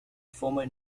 former